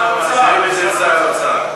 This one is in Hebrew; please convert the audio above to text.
מעבירים את זה לשר האוצר.